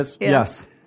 Yes